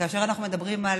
שכאשר אנחנו מדברים על